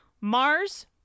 Mars